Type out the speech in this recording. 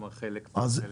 כלומר חלק פה וחלק פה?